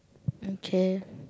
okay